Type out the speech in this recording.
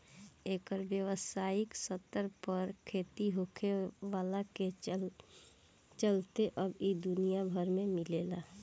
एकर व्यावसायिक स्तर पर खेती होखला के चलते अब इ दुनिया भर में मिलेला